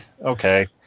okay